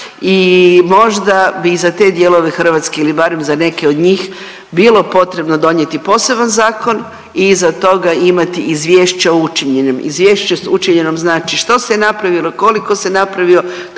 i možda bi za te dijelove Hrvatske ili barem za neke od njih bilo potrebno donijeti poseban zakon i iza toga imati izvješće o učinjenom. Izvješće o učinjenom znači što se je napravilo, koliko se napravilo,